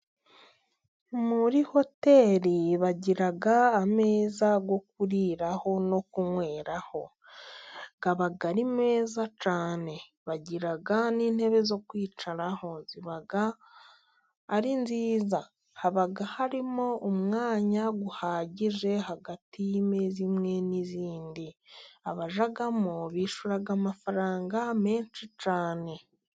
Muri hoteri bagira ameza yo kuriraho no kunyweraho. Aba ari meza cyane. Bagira n'intebe zo kwicaraho, ziba ari nziza. Haba harimo umwanya uhagije hagati y'imeza imwe n'izindi. Abajyamo bishyura amafaranga menshi cyane.